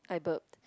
I burped